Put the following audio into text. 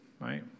right